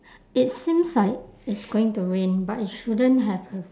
it seems like it's going to rain but it shouldn't have have